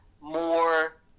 more